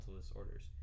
disorders